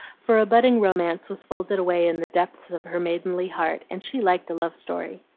for a budding romance was folded away in the depths of her maidenly heart, and she liked a love story.